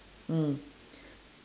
mm